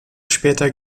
später